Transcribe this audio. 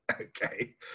Okay